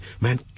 man